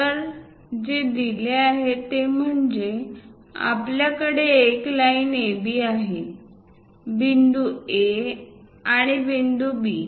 तर जे दिले आहे ते म्हणजे आपल्याकडे एक लाईन AB आहे बिंदू A आणि बिंदू B